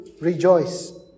rejoice